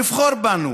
לבחור בנו.